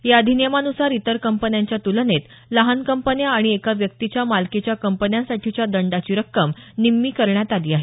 या अधिनियमानुसार इतर कंपन्यांच्या तुलनेत लहान कंपन्या आणि एका व्यक्तीच्या मालकीच्या कंपन्यांसाठीच्या दंडाची रक्कम निम्मी करण्यात आली आहे